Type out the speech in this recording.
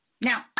Now